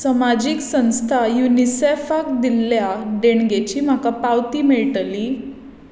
समाजीक संस्था युनिसेफाक दिल्ल्या देणगेची म्हाका पावती मेळटली